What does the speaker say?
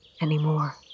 anymore